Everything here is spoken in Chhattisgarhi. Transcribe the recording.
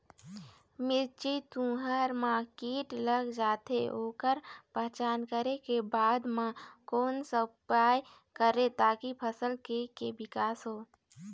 मिर्ची, तुंहर मा कीट लग जाथे ओकर पहचान करें के बाद मा कोन सा उपाय करें ताकि फसल के के विकास हो?